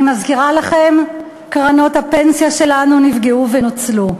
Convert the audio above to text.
אני מזכירה לכם: קרנות הפנסיה שלנו נפגעו ונוצלו.